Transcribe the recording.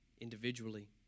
individually